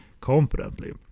confidently